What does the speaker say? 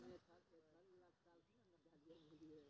Loan लेबे में खाता भी होना चाहि?